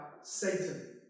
Satan